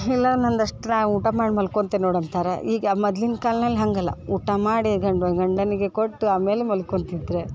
ಇಲ್ಲ ನಂದು ಅಷ್ಟ್ರಾಗ ಊಟ ಮಾಡಿ ಮಲ್ಕೊತಿನ್ ನೋಡು ಅಂತಾರ ಈಗ ಮದ್ಲಿನ ಕಾಲ್ನಲ್ಲಿ ಹಾಗಲ್ಲ ಊಟ ಮಾಡಿ ಗಂಡ ಗಂಡನಿಗೆ ಕೊಟ್ಟು ಆಮೇಲೆ ಮಲ್ಕೊತಿದ್ರ